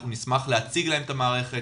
אנחנו נשמח להציג להם את המערכת,